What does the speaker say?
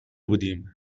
بودیم